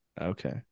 Okay